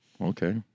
Okay